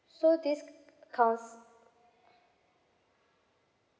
so this couns~